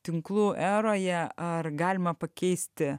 tinklų eroje ar galima pakeisti